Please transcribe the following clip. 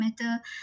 matter